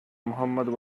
mohammad